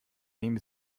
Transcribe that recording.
nehme